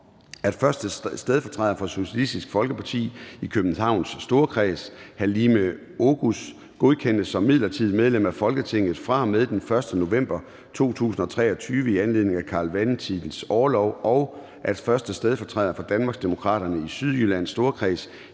at 1. stedfortræder for Socialistisk Folkeparti i Københavns Storkreds, Halime Oguz, godkendes som midlertidigt medlem af Folketinget fra og med den 1. november 2023 i anledning af Carl Valentins orlov, og at 1. stedfortræder for Danmarksdemokraterne i Sydjyllands Storkreds,